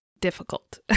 difficult